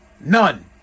None